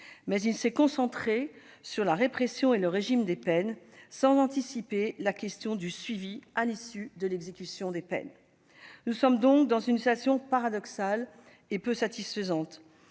mais il s'est concentré sur la répression et le régime des peines, sans anticiper la question du suivi à l'issue de l'exécution de la peine. Nous sommes donc dans une situation paradoxale et peu satisfaisante